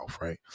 right